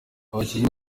abakinnyi